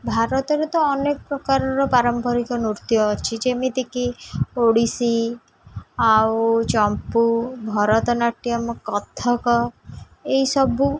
ଭାରତରେ ତ ଅନେକ ପ୍ରକାରର ପାରମ୍ପରିକ ନୃତ୍ୟ ଅଛି ଯେମିତିକି ଓଡ଼ିଶୀ ଆଉ ଚମ୍ପୁ ଭରତନାଟ୍ୟମ୍ କଥକ ଏଇସବୁ